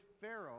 Pharaoh